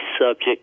subject